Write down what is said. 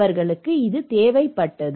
அவர்களுக்கும் இது தேவைப்பட்டது